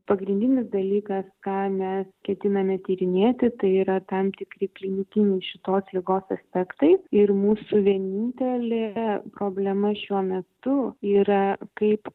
pagrindinis dalykas ką mes ketiname tyrinėti tai yra tam tikri klinikiniai šitos ligos aspektai ir mūsų vienintelė problema šiuo metu yra kaip